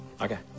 Okay